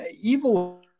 evil